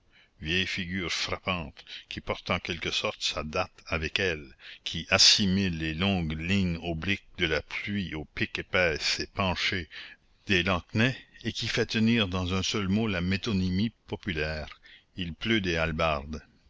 vieille figure frappante qui porte en quelque sorte sa date avec elle qui assimile les longues lignes obliques de la pluie aux piques épaisses et penchées des lansquenets et qui fait tenir dans un seul mot la métonymie populaire il pleut des